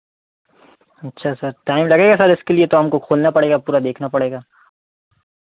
अच्छा sir time लगेगा sir इसके लिए तो हमको खोलना पड़ेगा पूरा देखना पड़ेगा